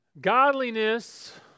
Godliness